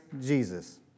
Jesus